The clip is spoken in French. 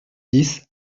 dix